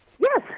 Yes